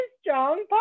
strong